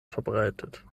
verbreitet